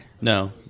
No